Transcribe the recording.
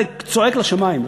זה צועק לשמים,